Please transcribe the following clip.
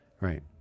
Right